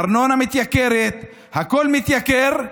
הארנונה מתייקרת, הכול מתייקר,